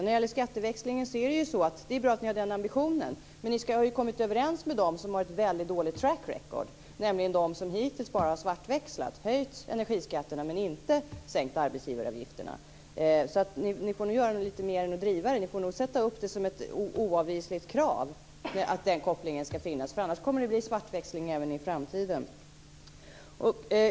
När det gäller skatteväxlingen är det bra att ni har ambitionen att sänka arbetsgivaravgiften. Men ni har ju kommit överens med dem som har ett väldigt dåligt track record, nämligen de som hittills bara har svartväxlat, dvs. höjt energiskatterna men inte sänkt arbetsgivaravgifterna. Ni får nog göra lite mer än att driva det och får nog ställa som ett oavvisligt krav att den kopplingen ska finnas. Annars kommer det att bli svartväxling även i framtiden.